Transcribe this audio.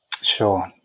Sure